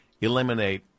eliminate